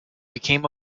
became